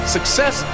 Success